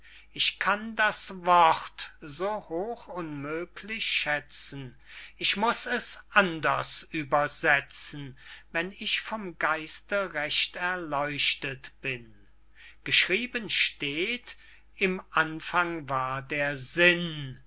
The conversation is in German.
ich kann das wort so hoch unmöglich schätzen ich muß es anders übersetzen wenn ich vom geiste recht erleuchtet bin geschrieben steht im anfang war der sinn